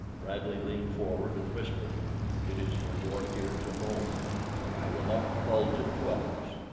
bradley leaned forward and whispered it is for your ears alone i will not divulge it to others,